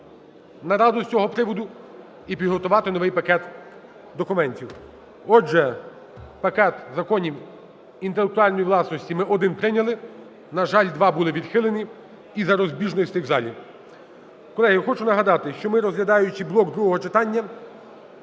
нараду з цього приводу і підготувати новий пакет документів. Отже, пакет законів інтелектуальної власності ми один прийняли. На жаль, два були відхилені із-за розбіжностей в залі. Колеги, хочу нагадати, що ми, розглядаючи блок другого читання,